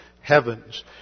heavens